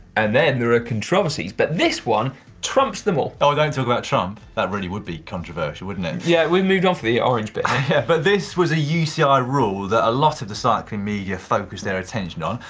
and then there are controversies, but this one trumps them all. oh don't talk about trump, that really would be controversial wouldn't it? yeah, we've moved off the orange bit. yeah but this was a uci yeah rule that a lot of the cycling media focused their attention on,